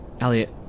Elliot